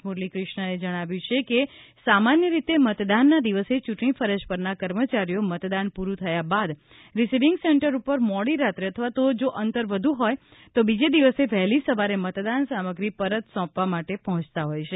મુરલી ક્રિષ્ણાએ જણાવ્યું છે કે સામાન્ય રીતે મતદાનના દિવસે ચૂંટણી ફરજ પરના કર્મચારીઓ મતદાન પૂર્રું થયા બાદ રીસીવીંગ સેન્ટર ઉપર મોડી રાત્રે અથવા તો જો અંતર વધુ હોય તો બીજા દિવસે વહેલી સવારે મતદાન સામગ્રી પરત સોંપવા માટે પહોંચતા હોય છે